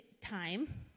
time